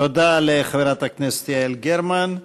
תודה לחברת הכנסת יעל גרמן.